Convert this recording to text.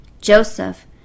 Joseph